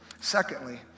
secondly